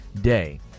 day